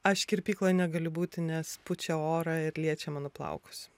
aš kirpykloj negaliu būti nes pučia orą ir liečia mano plaukus